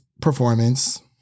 performance